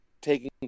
taking